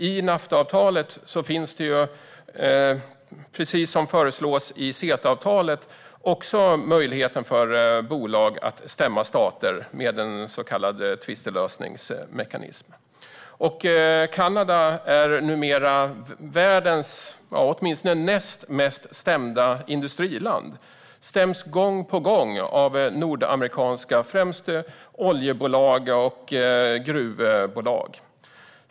I Naftaavtalet finns, precis som föreslås i CETA-avtalet, möjlighet för bolag att stämma stater med en så kallad tvistlösningsmekanism. Kanada är nu världens åtminstone näst mest stämda industriland och stäms gång på gång av nordamerikanska bolag, främst oljebolag och gruvbolag.